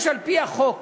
יש על-פי החוק